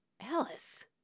Alice